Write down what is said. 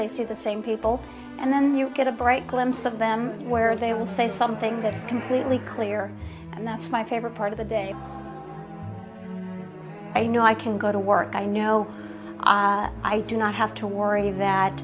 they see the same people and then you get a bright glimpse of them where they will say something that's completely clear and that's my favorite part of the day i know i can go to work i know i do not have to worry that